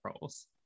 roles